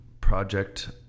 project